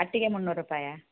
ಅಟ್ಟಿಗೆ ಮುನ್ನೂರು ರೂಪಾಯಾ